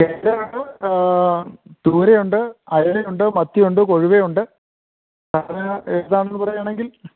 ചൂര ഉണ്ട് അയല ഉണ്ട് മത്തി ഉണ്ട് കൊഴുവ ഉണ്ട് സാറിന് ഏതാന്ന് പറയുകയാണെങ്കിൽ